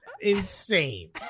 insane